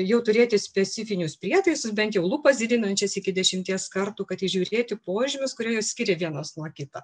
jau turėti specifinius prietaisus bent jau lupas didinančias iki dešimties kartų kad įžiūrėti požymius kurie juos skiria vienas nuo kito